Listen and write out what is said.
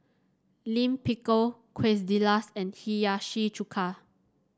Lime Pickle Quesadillas and Hiyashi Chuka